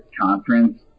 conference